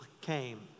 came